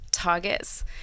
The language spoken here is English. targets